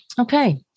Okay